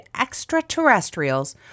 extraterrestrials